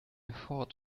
thought